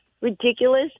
ridiculous